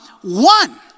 one